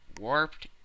warped